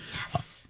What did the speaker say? Yes